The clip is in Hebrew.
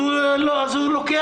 הוא יודע.